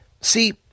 See